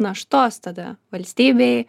naštos tada valstybei